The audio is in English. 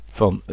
van